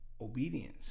obedience